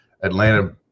Atlanta